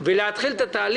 כולל אישור ועדת הכספים של